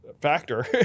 factor